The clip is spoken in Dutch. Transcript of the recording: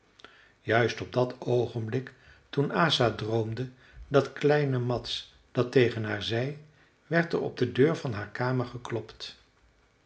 juist op dat oogenblik toen asa droomde dat kleine mads dat tegen haar zei werd er op de deur van haar kamer geklopt